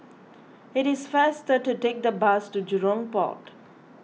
it is faster to take the bus to Jurong Port